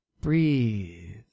breathe